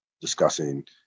discussing